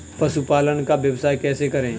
पशुपालन का व्यवसाय कैसे करें?